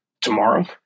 tomorrow